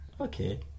Okay